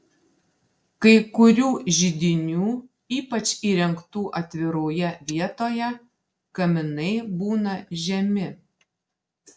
kai kurių židinių ypač įrengtų atviroje vietoje kaminai būna žemi